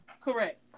Correct